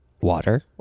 Water